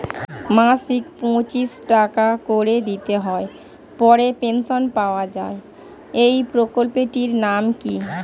মাসিক পঁচিশ টাকা করে দিতে হয় পরে পেনশন পাওয়া যায় এই প্রকল্পে টির নাম কি?